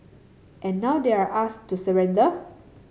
and now they're asked to surrender